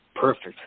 perfect